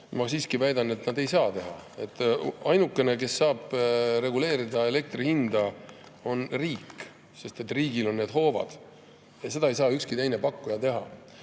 Ma siiski väidan, et nad ei saa seda teha. Ainukene, kes saab reguleerida elektri hinda, on riik, sest riigil on hoovad. Seda ei saa ükski pakkuja teha.